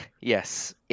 yes